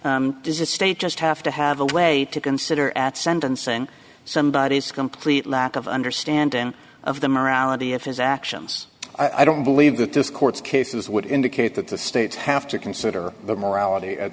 the state just have to have a way to consider at sentencing somebody is complete lack of understanding of the morality of his actions i don't believe that this court's cases would indicate that the states have to consider the morality